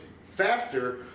faster